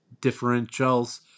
differentials